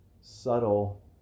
subtle